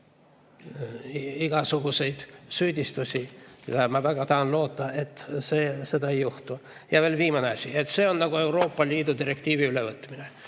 igasuguseid süüdistusi. Ma väga tahan loota, et seda ei juhtu. Veel viimane asi. See on nagu Euroopa Liidu direktiivi ülevõtmine.